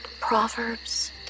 Proverbs